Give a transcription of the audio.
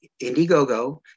Indiegogo